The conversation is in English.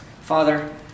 Father